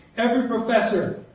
every professor,